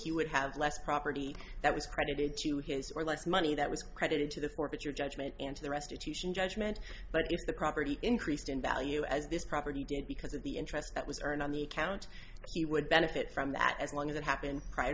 he would have less property that was credited to his or less money that was credited to the forfeit your judgment and to the restitution judgment but if the property increased in value as this property did because of the interest that was earned on the account he would benefit from that as long as it happened prior